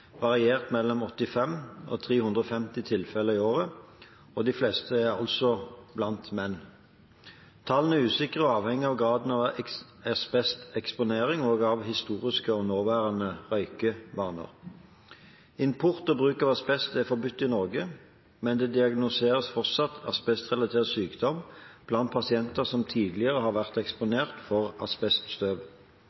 variert mellom 85 og 350 tilfeller i året, og de fleste er altså blant menn. Tallene er usikre og avhenger av graden av asbesteksponering og av historiske og nåværende røykevaner. Import og bruk av asbest er forbudt i Norge, men det diagnostiseres fortsatt asbestrelatert sykdom blant pasienter som tidligere har vært